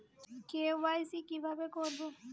KYC কিভাবে করব?